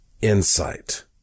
insight